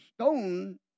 stone